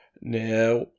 Now